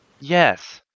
Yes